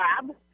lab